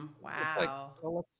wow